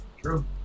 True